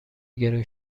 گرون